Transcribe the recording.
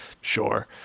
sure